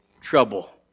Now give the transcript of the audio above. trouble